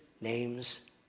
name's